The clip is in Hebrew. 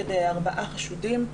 נגד ארבעה חשודים.